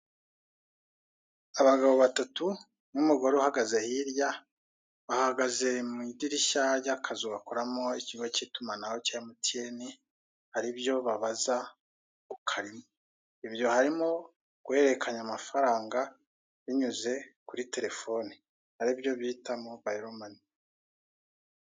Abagabo batatu n'umugore uhahagaze hirya, bahagaze mu idirishya rya kazu gakoreramo ikigo cy'itimanaho cya emutiyene haribyo babaza ukarimo, ibyo harimo guhererekanya amafaranga binyuze kuri terefone aribyo bita mobayiro mani.